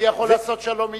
אני יכול לעשות שלום אתך,